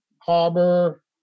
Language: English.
Harbor